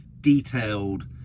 detailed